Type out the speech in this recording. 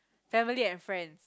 family and friends